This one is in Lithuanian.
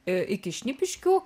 e iki šnipiškių